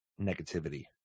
negativity